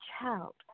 child